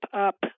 up